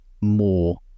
more